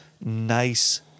nice